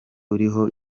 uriho